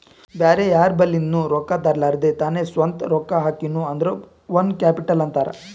ಬ್ಯಾರೆ ಯಾರ್ ಬಲಿಂದ್ನು ರೊಕ್ಕಾ ತರ್ಲಾರ್ದೆ ತಾನೇ ಸ್ವಂತ ರೊಕ್ಕಾ ಹಾಕಿನು ಅಂದುರ್ ಓನ್ ಕ್ಯಾಪಿಟಲ್ ಅಂತಾರ್